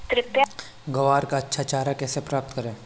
ग्वार का अच्छा चारा कैसे प्राप्त करें?